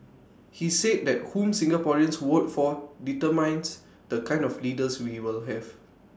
he said that whom Singaporeans vote for determines the kind of leaders we will have